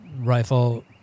rifle